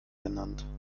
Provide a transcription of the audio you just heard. genannt